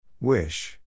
Wish